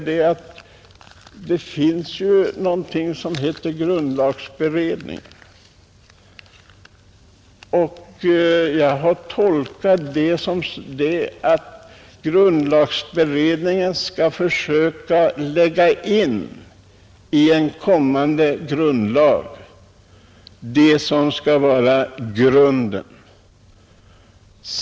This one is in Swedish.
Det finns någonting som heter grundlagberedningen, herr Ekström. Jag har tolkat dess uppgift så att grundlagberedningen skall försöka föra in i en kommande grundlag det som skall vara grunden.